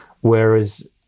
Whereas